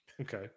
okay